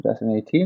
2018